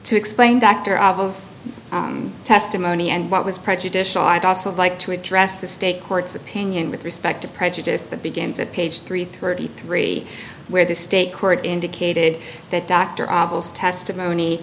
to explain doctor testimony and what was prejudicial i'd like to address the state court's opinion with respect to prejudice that begins at page three thirty three where the state court indicated that dr testimony